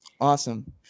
Awesome